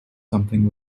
something